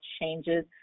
changes